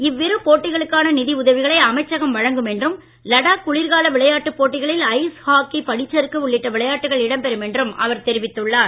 இவ்விரு போட்டிகளுக்கான நிதி உதவிகளை அமைச்சகம் வழங்கும் என்றும் லடாக் குளிர்கால விளையாட்டுப் போட்டிகளில் ஐஸ் ஹாக்கி பனிச்சறுக்கு உள்ளிட்ட விளையாட்டுகள் இடம்பெறும் என்றும் அவர் தெரிவித்துள்ளார்